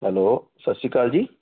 hello ਸਤਿ ਸ਼੍ਰੀ ਅਕਾਲ ਜੀ